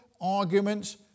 arguments